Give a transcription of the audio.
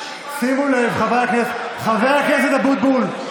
חבר הכנסת אבוטבול,